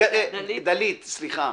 דלית, סליחה.